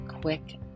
quick